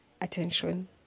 attention